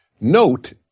Note